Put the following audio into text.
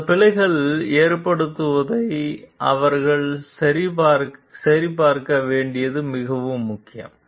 அந்த பிழைகள் ஏற்படுவதை அவர்கள் சரிபார்க்க வேண்டியது மிகவும் முக்கியம்